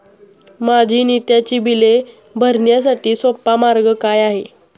माझी नित्याची बिले भरण्यासाठी सोपा मार्ग काय आहे?